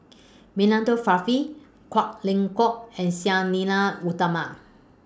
Milenko Prvacki Kwek Leng Joo and Sang Nila Utama